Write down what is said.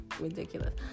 ridiculous